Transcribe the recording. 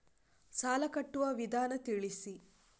ಸಾಲ ಕಟ್ಟುವ ವಿಧಾನ ತಿಳಿಸಿ?